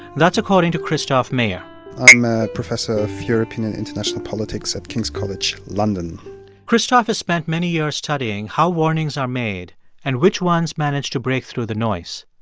that's according to christoph meyer i'm a professor of european and international politics at king's college london christoph has spent many years studying how warnings are made and which ones manage to break through the noise.